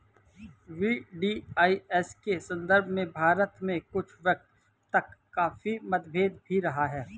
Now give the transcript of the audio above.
VDIS के संदर्भ में भारत में कुछ वक्त तक काफी मतभेद भी रहा है